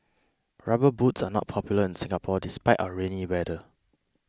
rubber boots are not popular in Singapore despite our rainy weather